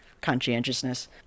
conscientiousness